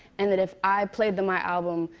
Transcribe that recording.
and that if i played them my album,